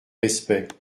respect